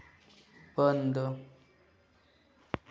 बंद